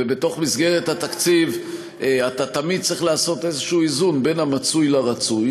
ובמסגרת התקציב אתה תמיד צריך לעשות איזשהו איזון בין המצוי לרצוי.